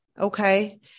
Okay